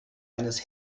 eines